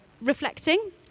reflecting